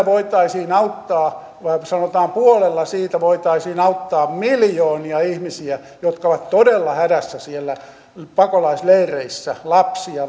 voitaisiin auttaa sanotaan puolella siitä voitaisiin auttaa miljoonia ihmisiä jotka ovat todella hädässä siellä pakolaisleireissä lapsia